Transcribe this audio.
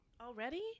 already